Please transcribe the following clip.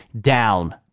down